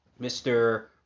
Mr